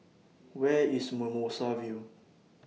Where IS Mimosa View